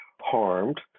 harmed